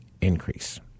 increase